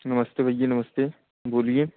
नमस्ते भैया नमस्ते बोलिए